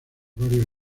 varios